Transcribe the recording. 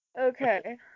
Okay